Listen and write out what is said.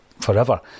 forever